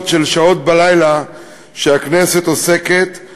של שעות בלילה שהכנסת עוסקת בהן.